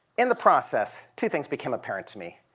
in the process, two things became apparent to me.